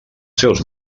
seus